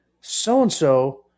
So-and-so